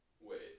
Wait